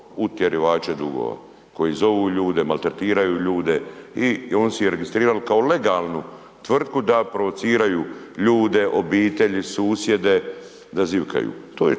utjerivače dugova koji zovu ljude, maltretiraju ljude i on si je registrirao kao legalnu tvrtku da provociraju ljude, obitelji, susjede, da zivkaju. To je